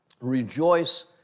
Rejoice